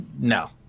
no